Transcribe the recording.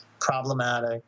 problematic